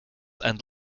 and